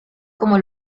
como